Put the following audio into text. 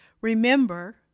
Remember